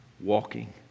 walking